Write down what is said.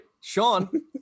Sean